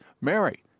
Mary